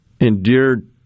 endured